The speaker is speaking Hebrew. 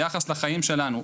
ביחס לחיים שלנו.